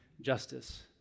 justice